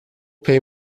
pay